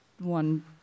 one